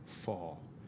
fall